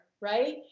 right